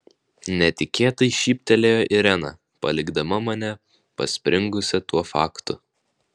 netikėtai šyptelėjo irena palikdama mane paspringusią tuo faktu